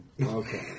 Okay